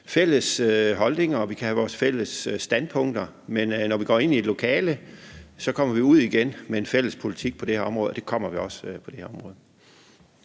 egne holdninger og vores egne standpunkter, men når vi går ind i et lokale, kommer vi ud igen med en fælles politik på det her område, og det kommer vi også til at gøre her.